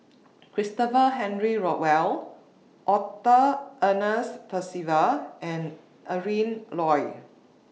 Christopher Henry Rothwell Arthur Ernest Percival and Adrin Loi